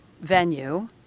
venue